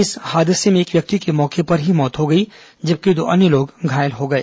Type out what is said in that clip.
इस हादसे में एक व्यक्ति की मौके पर ही मौत हो गई जबकि दो अन्य लोग घायल हो गए